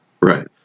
Right